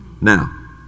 Now